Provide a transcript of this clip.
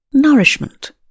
Nourishment